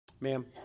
ma'am